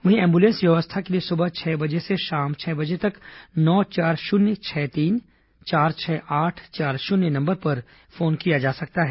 वहीं एम्बुलेंस व्यवस्था के लिए सुबह छह बजे से शाम छह बजे तक नौ चार शून्य छह तीन चार छह आठ चार शुन्य नंबर पर फोन किया जा सकता है